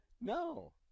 No